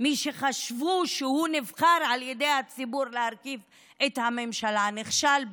מי שחשבו שהוא נבחר על ידי הציבור להרכיב את הממשלה נכשל בזה,